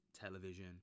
television